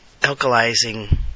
alkalizing